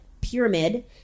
pyramid